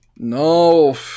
No